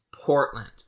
Portland